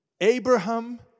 Abraham